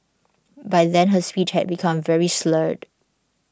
by then her speech had become very slurred